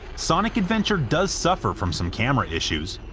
sonic adventure does suffer from some camera issues,